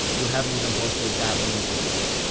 you haven't even posted that many videos.